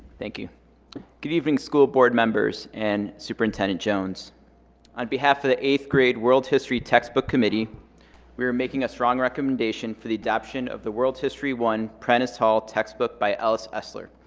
thank you good evening school board members and superintendent jones on behalf of the eighth grade world history textbook committee we were making a strong recommendation for the adoption of the world's history one prentice-hall textbook by alice esler.